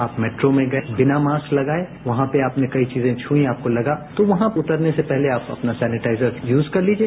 आप मेट्रो में गये बिना मास्क लगाये वहां पर आपने कई चीजें छुईं तो लगा तो वहां पर उतरने से पहले आप अपना सेनिटाइजर यूज कर लीजिए